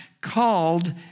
called